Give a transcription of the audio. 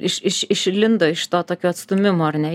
iš iš iš išlindo iš to tokio atstūmimo ar ne